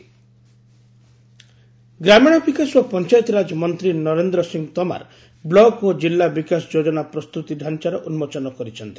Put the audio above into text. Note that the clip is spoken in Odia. ଏନ୍ଏସ୍ ତୋମାର୍ ଗ୍ରାମୀଣ ବିକାଶ ଓ ପଂଚାୟତିରାଜ ମନ୍ତ୍ରୀ ନରେନ୍ଦ୍ର ସିଂ ତୋମାର ବ୍ଲକ୍ ଓ ଜିଲ୍ଲା ବିକାଶ ଯୋଜନା ପ୍ରସ୍ତୁତି ଢାଂଚାର ଉନ୍ଜୋଚନ କରିଛନ୍ତି